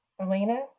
Elena